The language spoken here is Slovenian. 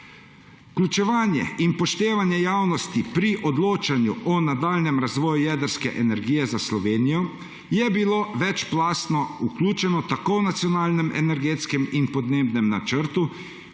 Vključevanje in upoštevanje javnosti pri odločanju o nadaljnjem razvoju jedrske energije za Slovenije je bilo večplastno, vključeno tako v Nacionalnem energetskem in podnebnem načrtu